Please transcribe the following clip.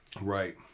Right